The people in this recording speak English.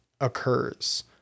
occurs